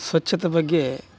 ಸ್ವಚ್ಛತೆ ಬಗ್ಗೆ